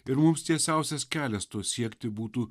ir mums tiesiausias kelias to siekti būtų